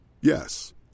Yes